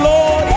Lord